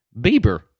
Bieber